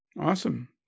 Awesome